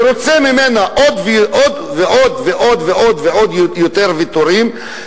ורוצה ממנה עוד ועוד ועוד יותר ויתורים,